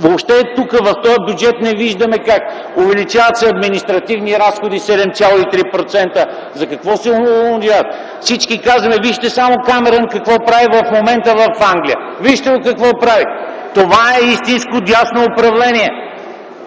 Въобще тук в този бюджет не виждаме как! Увеличават се административните разходи – 7,3%. За какво се увеличават? Всички казваме: вижте само Камерън какво прави в момента в Англия, вижте го какво прави! Това е истинско дясно управление!